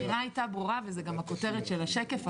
אבל האמירה הייתה ברורה וזה גם בכותרת של השקף.